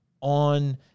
on